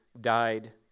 died